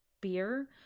beer